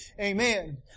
Amen